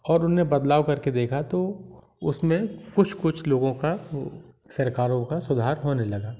और उन्होंने बदलाव करके देखा तो उसमें कुछ कुछ लोगों का सरकारों का सुधार होने लगा